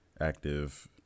active